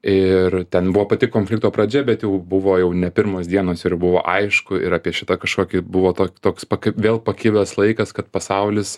ir ten buvo pati konflikto pradžia bet jau buvo jau ne pirmos dienos ir buvo aišku ir apie šitą kažkokį buvo toks vėl pakibęs laikas kad pasaulis